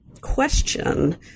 question